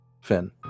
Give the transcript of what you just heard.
Finn